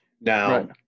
Now –